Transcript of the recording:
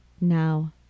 Now